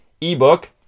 ebook